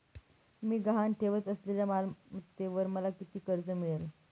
मी गहाण ठेवत असलेल्या मालमत्तेवर मला किती कर्ज मिळेल?